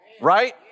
right